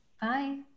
Bye